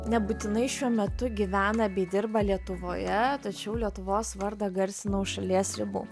nebūtinai šiuo metu gyvena bei dirba lietuvoje tačiau lietuvos vardą garsino už šalies ribų